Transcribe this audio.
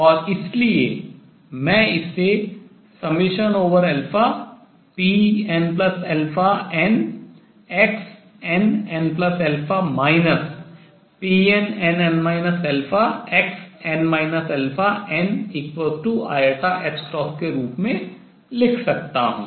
और इसलिए मैं इसे pnn xnn pnn xn ni के रूप में लिख सकता हूँ